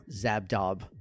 Zabdob